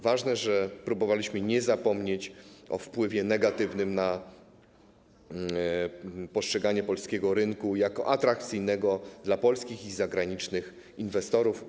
Ważne, że próbowaliśmy nie zapomnieć o negatywnym wpływie na postrzeganie polskiego rynku jako atrakcyjnego dla polskich i zagranicznych inwestorów.